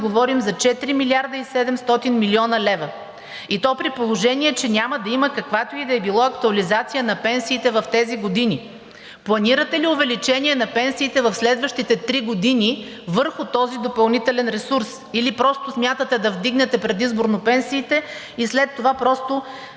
говорим за 4 млрд. 700 млн. лв., и то при положение че няма да има каквато и да е било актуализация на пенсиите в тези години. Планирате ли увеличение на пенсиите в следващите три години върху този допълнителен ресурс, или просто смятате да вдигнете предизборно пенсиите и след това просто